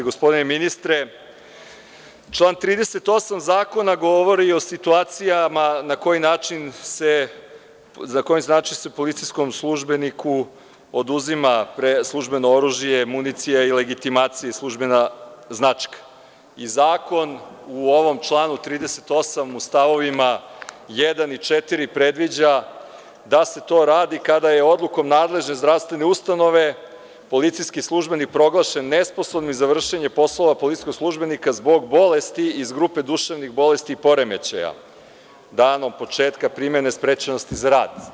Gospodine ministre, član 38. zakona govori o situacijama na koji način će se policijskom službeniku oduzeti službeno oružje, municija i legitimacija, službena značka i zakon u ovom članu 38. u st. 1. i 4. predviđa da se to radi kada je odlukom nadležne zdravstvene ustanove policijski službenik proglašen nesposobnim za vršenje poslova policijskog službenika zbog bolesti iz grupe duševnih bolesti i poremećaja danom početka primene sprečenosti za rad.